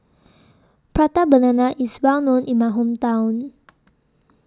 Prata Banana IS Well known in My Hometown